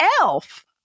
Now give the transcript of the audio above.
elf